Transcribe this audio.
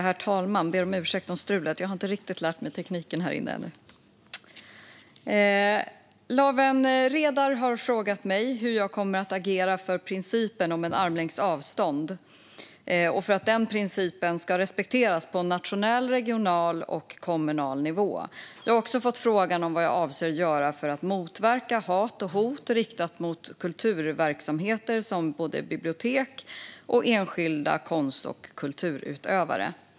Herr talman! Lawen Redar har frågat mig hur jag kommer att agera för att principen om armlängds avstånd ska respekteras på nationell, regional och kommunal nivå. Jag har även fått frågan vad jag avser att göra för att motverka hat och hot som riktas mot kulturverksamheter såsom bibliotek och enskilda konst och kulturutövare.